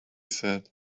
said